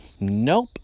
nope